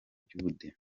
by’ubudehe